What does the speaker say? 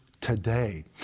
today